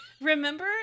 Remember